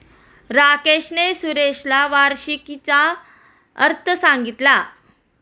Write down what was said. राकेशने सुरेशला वार्षिकीचा अर्थ सांगितला